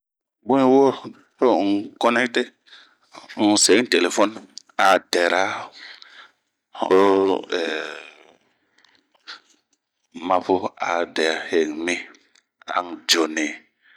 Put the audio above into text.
Bunh yi wo to un konɛte ,a n'se n'telefoni a dɛra, ho, mahoo,a n'dio nii.